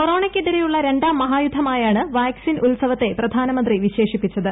കൊറോണയ്ക്ക് എതിരെയുള്ള രണ്ടാം മഹായുദ്ധമായാണ് വാക്സിൻ ഉത്സവത്തെ പ്രധാനമന്ത്രി വിശേഷിപ്പിച്ചത്